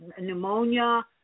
pneumonia